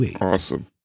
Awesome